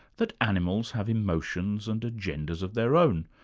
that animals have emotions and agendas of their own,